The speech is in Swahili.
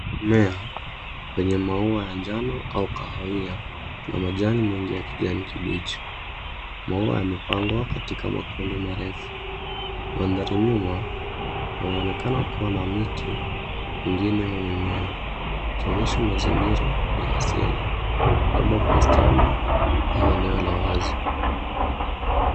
Mmea wenye maua ya njano au kahawia, una majani mengi ya kijani kibichi. Maua yamepangwa katika makundi marefu. Mandhari nyuma yanaonekana kuwa na miti mingine au mimea. Yakionyesha mazingira ya asili, labda bustani au eneo la wazi.